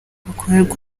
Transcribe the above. bukorerwa